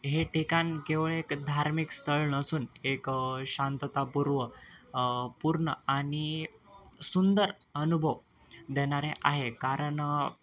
हे ठिकाण केवळ एक धार्मिक स्थळ नसून एक शांततापूर्व पूर्ण आणि सुंदर अनुभव देणारे आहे कारण